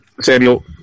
Samuel